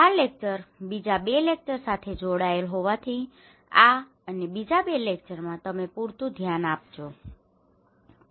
આ લેકચર બીજા બે લેકચર સાથે જોડાયેલ હોવાથી આ અને બીજા બે લેક્ચરમાં તમે પૂરતું ધ્યાન આપજો ઠીક છે